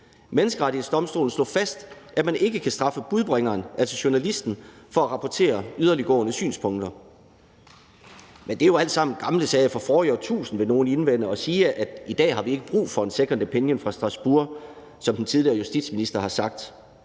Menneskerettighedsdomstolen slog fast, at man ikke kan straffe budbringeren, altså journalisten, for at rapportere yderliggående synspunkter. Men det er jo alt sammen gamle sager fra forrige årtusinde, vil nogle indvende, og de vil sige, at vi i dag ikke har brug for en second opinion fra Strasbourg, som den tidligere justitsminister har sagt.